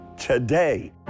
today